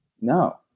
No